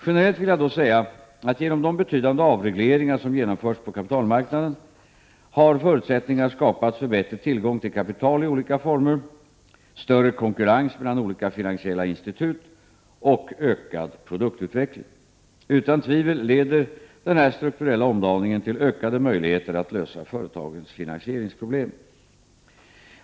Generellt vill jag då säga att genom de betydande avregleringar som genomförts på kapitalmarknaderna har förutsättningar skapats för bättre tillgång till kapital i olika former, större konkurrens mellan olika finansiella institut och ökad produktutveckling. Utan tvivel leder denna strukturella omdaning till ökade möjligheter att lösa företagens finansieringsproblem.